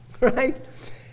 Right